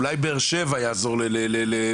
אולי באר שבע יעזור לאילת.